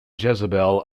jezebel